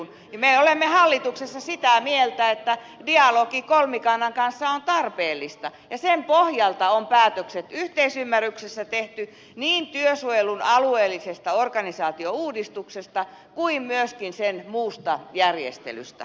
me olemme hallituksessa sitä mieltä että dialogi kolmikannan kanssa on tarpeellista ja sen pohjalta on päätökset yhteisymmärryksessä tehty niin työsuojelun alueellisesta organisaatiouudistuksesta kuin myöskin sen muusta järjestelystä